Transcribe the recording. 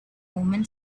omen